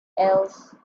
else